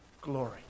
glory